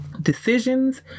Decisions